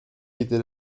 était